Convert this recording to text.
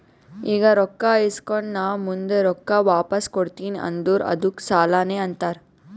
ಈಗ ರೊಕ್ಕಾ ಇಸ್ಕೊಂಡ್ ನಾ ಮುಂದ ರೊಕ್ಕಾ ವಾಪಸ್ ಕೊಡ್ತೀನಿ ಅಂದುರ್ ಅದ್ದುಕ್ ಸಾಲಾನೇ ಅಂತಾರ್